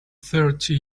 thirty